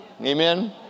Amen